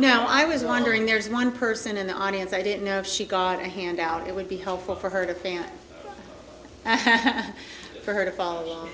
now i was wondering there's one person in the audience i didn't know if she got a handout it would be helpful for her family for her to follow